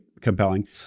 compelling